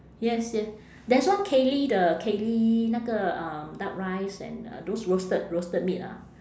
yes yes there's one kay lee the kay lee 那个 um duck rice and uh those roasted roasted meat ah